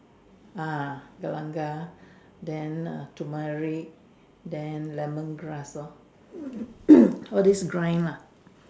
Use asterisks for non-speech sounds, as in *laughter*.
ah galangal then err tumeric then lemon grass lor *coughs* all this grind lah